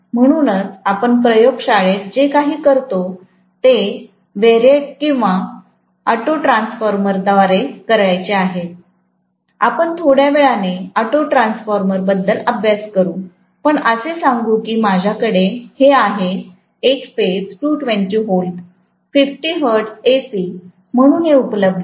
म्हणूनच आपण प्रयोगशाळेत जे करतो ते variac किंवा ऑटोट्रान्सफॉर्मरद्वारे करायचे आहे आपण थोड्या वेळाने ऑटोट्रान्सफॉर्मर बद्दल अभ्यास करू पण असे सांगू की माझ्याकडे हे आहे एक फेज 220 V 50HZ AC म्हणून हे उपलब्ध आहे